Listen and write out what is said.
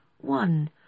one